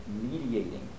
mediating